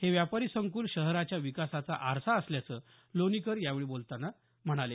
हे व्यापारी संकुल शहराच्या विकासाचा आरसा असल्याचं लोणीकर यावेळी बोलतांना नमूद केलं